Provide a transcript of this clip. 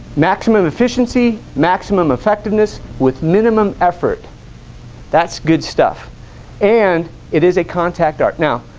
maximum efficiency maximum effectiveness with minimum effort that's good stuff and it is a contact are now